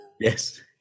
Yes